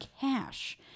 cash